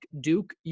Duke